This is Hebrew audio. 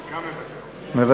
מוותר.